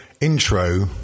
intro